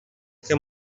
che